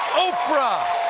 oprah!